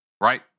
Right